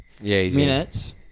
minutes